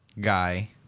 guy